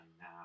now